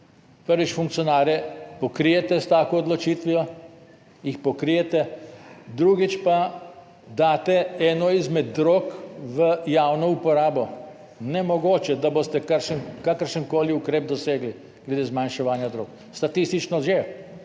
Prvič funkcionarje pokrijete s tako odločitvijo, jih pokrijete, drugič pa daste eno izmed drog v javno uporabo. Nemogoče, da boste kakršenkoli ukrep dosegli glede zmanjševanja drog, statistično že,